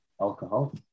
alcohol